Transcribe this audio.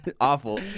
Awful